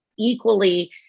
equally